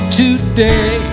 today